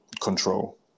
control